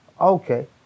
okay